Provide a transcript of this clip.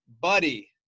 Buddy